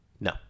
no